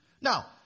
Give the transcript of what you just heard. Now